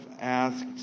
asked